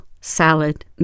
salad